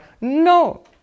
No